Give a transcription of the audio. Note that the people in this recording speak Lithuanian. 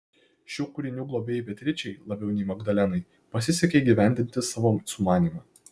šių kūrinių globėjai beatričei labiau nei magdalenai pasisekė įgyvendinti savo sumanymą